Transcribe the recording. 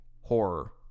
horror